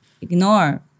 ignore